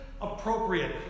appropriate